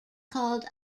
called